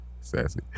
sassy